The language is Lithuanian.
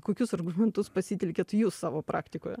kokius argumentus pasitelkiat jūs savo praktikoje